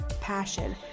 passion